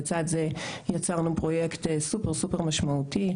לצד זה, יצרנו פרויקט סופר משמעותי.